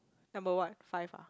number what five !huh!